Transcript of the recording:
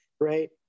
right